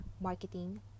marketing